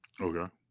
Okay